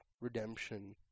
redemption